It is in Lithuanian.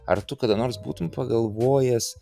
ar tu kada nors būtum pagalvojęs